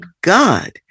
God